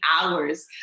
hours